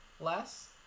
less